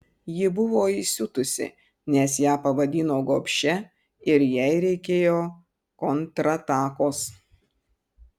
ji buvo įsiutusi nes ją pavadino gobšia ir jai reikėjo kontratakos